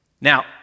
Now